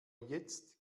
jetzt